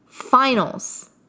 finals